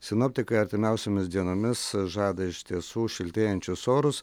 sinoptikai artimiausiomis dienomis žada iš tiesų šiltėjančius orus